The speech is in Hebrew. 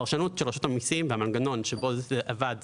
הפרשנות של רשות המסים, והמנגנון שבו זה עבד